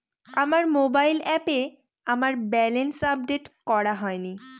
আমার মোবাইল অ্যাপে আমার ব্যালেন্স আপডেট করা হয়নি